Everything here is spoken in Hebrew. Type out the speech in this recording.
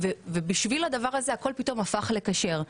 בשביל הדבר הזה הכול פתאום הפך כשר.